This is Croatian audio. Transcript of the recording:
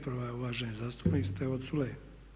Prva je uvaženi zastupnik Stevo Culej.